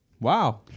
Wow